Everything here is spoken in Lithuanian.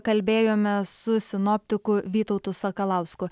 kalbėjome su sinoptiku vytautu sakalausku